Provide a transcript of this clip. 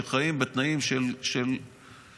שחיים בתנאים של כפר,